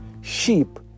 sheep